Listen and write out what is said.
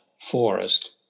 forest